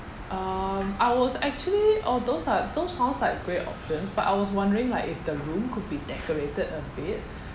um I was actually all those are those sounds like great options but I was wondering like if the room could be decorated a bit